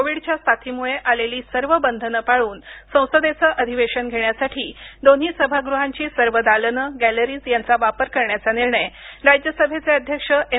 कोविडच्या साथीमुळे आलेली सर्व बंधनं पाळून संसदेचं अधिवेशन घेण्यासाठी दोन्ही सभागृहांची सर्व दालनं प्रेक्षक कक्ष गॅलरीज यांचा वापर करण्याचा निर्णय राज्यसभेचे अध्यक्ष एम